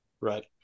Right